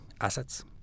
assets